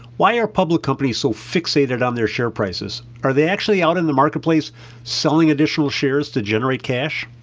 why are public companies so fixated on their share prices? are they actually out in the marketplace selling additional shares to generate cash?